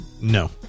no